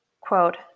Quote